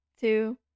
two